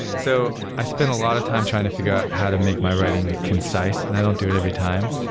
so i spent a lot of time trying to figure how to make my writing concise, and i don't do it every time.